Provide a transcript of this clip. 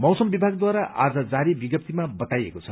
मौसम विभागदारा आज जारी विज्ञप्तीमा बताएको छ